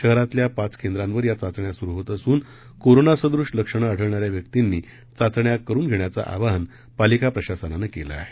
शहरातल्या पाच केंद्रांवर या चाचण्या सुरू होत असून कोरोनासदृश्य लक्षणे आढळणाऱ्या व्यक्तीनी चाचण्या करून घेण्याचं आवाहन पालिका प्रशासनानं केलं आहे